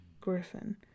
Griffin